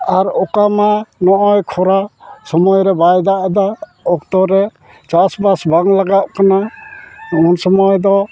ᱟᱨ ᱚᱠᱟ ᱢᱟ ᱱᱚᱜᱼᱚᱭ ᱠᱷᱚᱨᱟ ᱥᱚᱢᱚᱭ ᱨᱮ ᱵᱟᱭ ᱫᱟᱜ ᱮᱫᱟ ᱚᱠᱛᱚᱨᱮ ᱪᱟᱥᱵᱟᱥ ᱵᱟᱝ ᱞᱟᱜᱟᱜ ᱠᱟᱱᱟ ᱩᱱ ᱥᱩᱢᱟᱹᱭ ᱫᱚ